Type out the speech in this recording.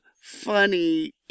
funny